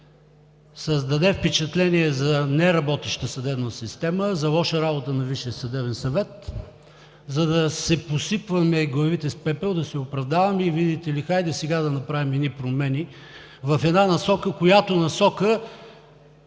създаде впечатление за неработеща съдебна система, за лоша работа на Висшия съдебен съвет, за да си посипваме главите с пепел, да се оправдаваме и, видите ли, хайде сега да направим промени в една насока, която ще